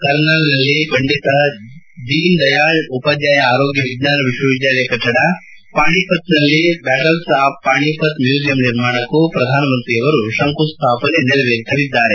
ಕರ್ನಾಲ್ನಲ್ಲಿ ಪಂಡಿತ್ ದೀನ್ ದಯಾಳ್ ಉಪಾಧ್ವಾಯ ಆರೋಗ್ಯ ವಿಜ್ಞಾನ ವಿಶ್ವವಿದ್ಯಾಲಯ ಕಟ್ಟಡ ಪಾಣಿಪತ್ನಲ್ಲಿ ಬ್ಯಾಟಲ್ಸ್ ಆಫ್ ಪಾಣಿಪತ್ ಮ್ಯೂಸಿಯಂ ನಿರ್ಮಾಣಕ್ಕೂ ಪ್ರಧಾನಿ ನರೇಂದ್ರ ಮೋದಿ ಶಂಕುಸ್ದಾಪನೆ ನೆರವೇರಿಸಲಿದ್ದಾರೆ